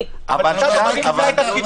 ההחלטה.